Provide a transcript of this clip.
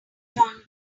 john